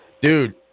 dude